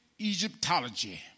Egyptology